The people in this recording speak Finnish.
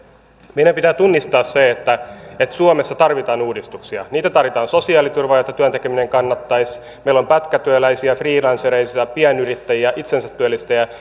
meidän pitää tunnistaa se että että suomessa tarvitaan uudistuksia niitä tarvitaan sosiaaliturvaan että työn tekeminen kannattaisi meillä on pätkätyöläisiä freelancereita pienyrittäjiä itsensätyöllistäjiä